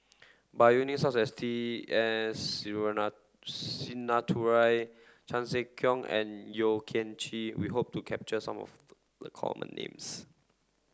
by such as T S Sinnathuray Chan Sek Keong and Yeo Kian Chye we hope to capture some of the common names